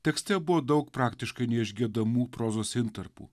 tekste buvo daug praktiškai neišgiedamų prozos intarpų